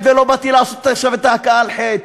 ולא באתי לעשות עכשיו את ההכאה על חטא.